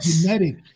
genetic